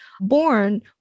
born